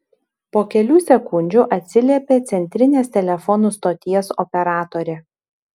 po kelių sekundžių atsiliepė centrinės telefonų stoties operatorė